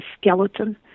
skeleton